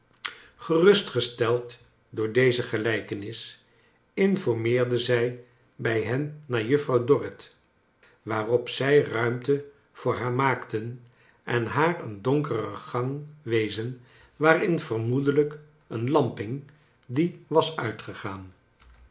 gerustgesteld door deze gelijkenis informeerde zij bij hen naar juffrouw dorrit waarop zij ruimte voor haar maakten en haar een donkere gang wezen waarin vermoedelijk een lamp hing die was uitgegaan